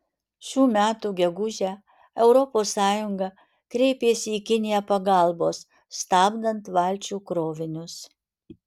šių metų gegužę europos sąjunga kreipėsi į kiniją pagalbos stabdant valčių krovinius